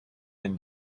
been